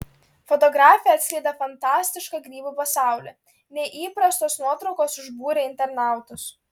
fotografė atskleidė fantastišką grybų pasaulį neįprastos nuotraukos užbūrė internautus